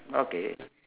okay